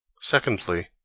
Secondly